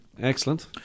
Excellent